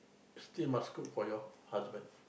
still must cook for your husband